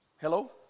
Hello